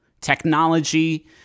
technology